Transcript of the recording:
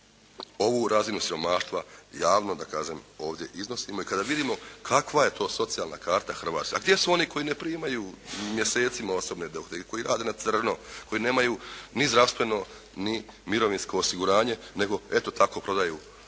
ovu razinu siromaštva javno da kažem ovdje iznosimo i kada vidimo kakva je to socijalna karta Hrvatske. A gdje su oni koji ne primaju mjesecima osobne dohotke ili koji rade na crno, koji nemaju ni zdravstveno ni mirovinsko osiguranje, nego eto tako prodaju svoj